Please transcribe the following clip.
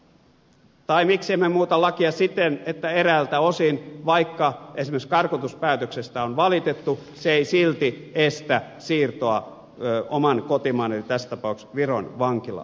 tai miksi emme muuta lakia siten että eräiltä osin vaikka esimerkiksi karkotuspäätöksestä on valitettu se ei silti estä siirtoa oman kotimaan eli tässä tapauksessa viron vankilaan